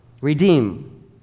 Redeem